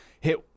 hit